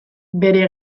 bere